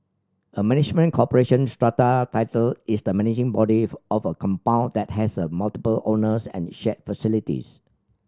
a management corporation strata title is the managing body of a compound that has a multiple owners and shared facilities